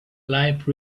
life